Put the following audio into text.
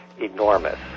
enormous